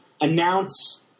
announce